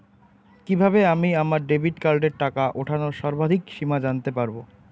কিভাবে আমি আমার ডেবিট কার্ডের টাকা ওঠানোর সর্বাধিক সীমা জানতে পারব?